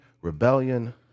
rebellion